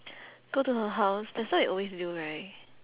go to her house that's what we always do right